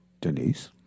Denise